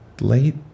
late